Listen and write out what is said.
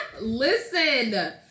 Listen